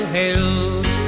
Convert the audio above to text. hills